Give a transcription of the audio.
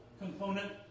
component